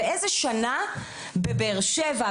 באיזה שנה יוכלו לקבל תור תוך 30 יום בבאר שבע,